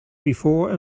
before